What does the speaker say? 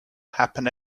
happen